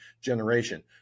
generation